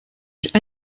sich